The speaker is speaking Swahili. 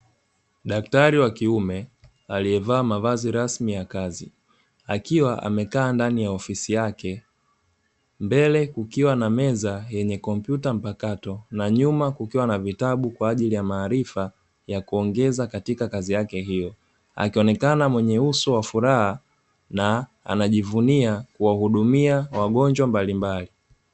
Daktari wa kiume aliyevaa mavazi rasmi ya kazi, akiwa amekaa ndani ya ofisi yake, mbele kukiwa na meza yenye kompyuta mpakato na nyuma kukiwa na vitabu kwa ajili ya maarifa ya kuongeza katika kazi yake hiyo. Akionekana mwenye uso wa furaha na anajivunia kuwahdumia wagonjwa mbalimbali.